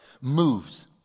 moves